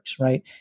right